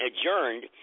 adjourned